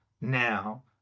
now